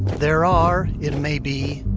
there are, it may be,